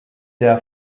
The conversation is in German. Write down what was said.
der